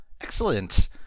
Excellent